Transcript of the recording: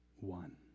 one